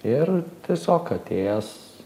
ir tiesiog atėjęs